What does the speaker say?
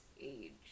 age